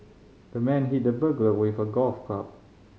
the man hit the burglar with a golf club